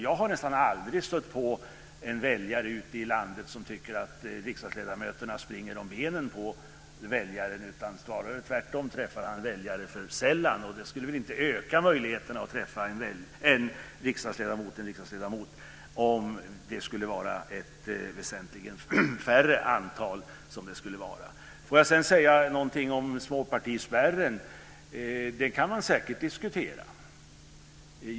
Jag har nästan aldrig stött på en väljare ute i landet som tycker att riksdagsledamöterna springer om benen på väljarna. Det är snarare tvärtom - ledamoten träffar väljaren för sällan. Och det skulle ju inte öka möjligheterna att träffa en riksdagsledamot om de skulle vara väsentligt färre. Låt mig sedan säga någonting om småpartispärren. Den kan man säkert diskutera.